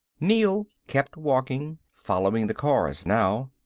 neel kept walking, following the cars now.